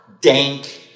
dank